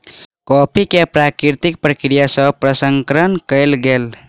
coffee के प्राकृतिक प्रक्रिया सँ प्रसंस्करण कयल गेल